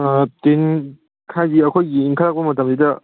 ꯇꯤꯟ ꯍꯥꯏꯗꯤ ꯑꯩꯈꯣꯏꯒꯤ ꯏꯟꯈꯠꯂꯛꯄ ꯃꯇꯝꯁꯤꯗ